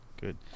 good